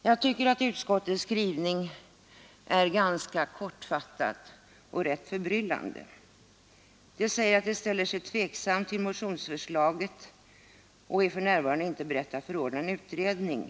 Jag tycker att utskottets skrivning är ganska kortfattad och rätt förbryllande. Utskottet säger att det ställer sig tveksamt till motionsförslaget och för närvarande inte är berett att förorda en utredning.